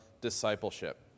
discipleship